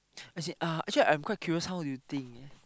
as in uh actually I'm quite curious how you think eh